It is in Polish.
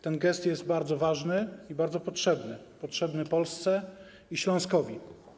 Ten gest jest bardzo ważny i bardzo potrzebny - potrzebny Polsce i Śląskowi.